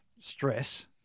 stress